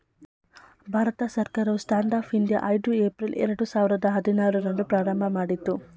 ಭಾರತ ಸರ್ಕಾರವು stand up India ಐದು April ಎರಡು ಸಾವಿರದ ಹದಿನಾರು ರಂದು ಪ್ರಾರಂಭಮಾಡಿತು